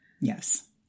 Yes